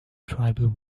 tribal